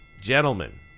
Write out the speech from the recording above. Gentlemen